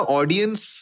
audience